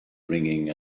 ringing